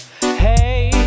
Hey